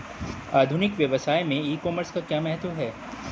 आधुनिक व्यवसाय में ई कॉमर्स का क्या महत्व है?